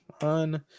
One